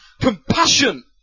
compassion